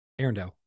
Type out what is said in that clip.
Arendelle